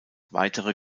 weitere